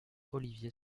olivier